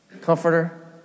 comforter